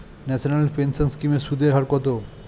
National pension scheme এর সুদের হার কত?